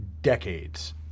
decades